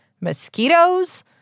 mosquitoes